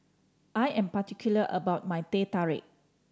I am particular about my Teh Tarik